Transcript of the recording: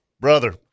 brother